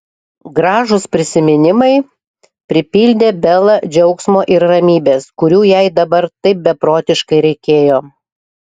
gražūs prisiminimai pripildė belą džiaugsmo ir ramybės kurių jai dabar taip beprotiškai reikėjo